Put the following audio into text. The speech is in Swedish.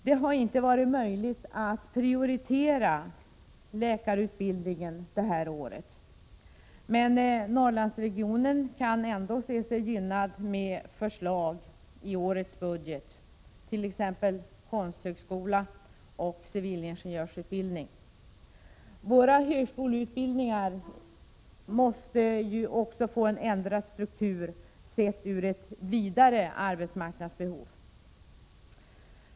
Det har inte varit möjligt att prioritera läkarutbildningen detta år. Men Norrlandsregionen kan ändå se sig gynnad med förslagen i budgeten om t.ex. konsthögskola och civilingenjörsutbildning. Våra högskoleutbildningar måste också få en ändrad struktur med hänsyn till arbetsmarknadsbehovet sett i ett vidare perspektiv.